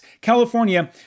California